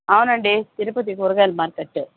అవునండి తిరుపతి కూరగాయల మార్కెటు